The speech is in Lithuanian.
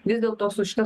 vis dėlto su šita